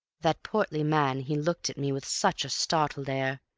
that portly man he looked at me with such a startled air,